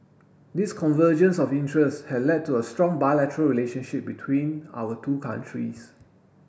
this convergence of interest has led to a strong bilateral relationship between our two countries